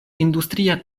industria